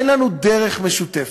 אין לנו דרך משותפת,